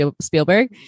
Spielberg